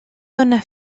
dóna